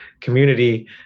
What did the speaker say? community